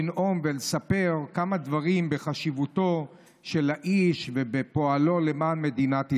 לנאום ולספר כמה דברים על חשיבותו של האיש ופועלו למען מדינת ישראל.